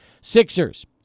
Sixers